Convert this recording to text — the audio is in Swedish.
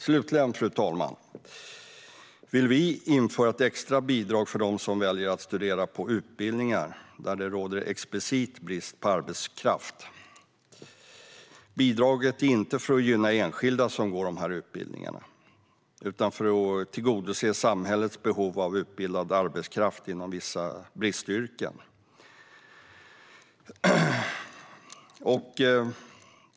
Slutligen, fru talman, vill vi införa ett extra bidrag för dem som väljer att studera på utbildningar där det råder explicit brist på arbetskraft. Bidraget är inte till för att gynna enskilda som går utbildningarna utan för att tillgodose samhällets behov av utbildad arbetskraft inom vissa bristyrken.